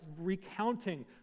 recounting